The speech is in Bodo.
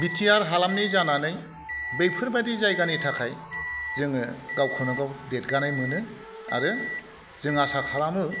बिटिआर हालामनि जानानै बैफोरबायदि जायगानि थाखाय जोङो गावखौनो गाव देरगानाय मोनो आरो जों आसा खालामो